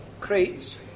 crates